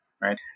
right